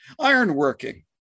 ironworking